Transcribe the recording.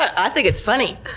i think it's funny.